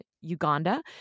Uganda